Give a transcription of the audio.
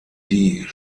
die